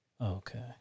Okay